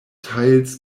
tiles